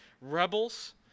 rebels